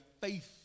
faith